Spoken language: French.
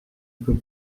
peut